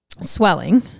swelling